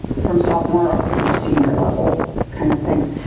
from sophomore up through senior level kind of things.